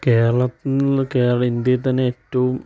കേരളത്തിൽ നിന്ന് കേര ഇന്ത്യയിൽ തന്നെ ഏറ്റവും